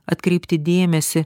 atkreipti dėmesį